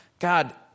God